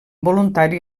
voluntari